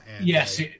Yes